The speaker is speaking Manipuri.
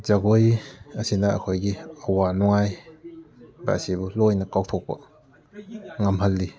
ꯖꯒꯣꯏ ꯑꯁꯤꯅ ꯑꯩꯈꯣꯏꯒꯤ ꯑꯋꯥ ꯅꯨꯡꯉꯥꯏ ꯕ ꯑꯁꯤꯕꯨ ꯂꯣꯏꯅ ꯀꯥꯎꯊꯣꯛꯄ ꯉꯝꯍꯜꯂꯤ